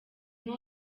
nko